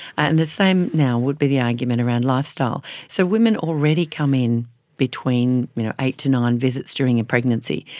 and the same now would be the argument around lifestyle. so women already come in between you know eight to nine visits during a and pregnancy,